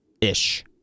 Ish